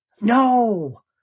No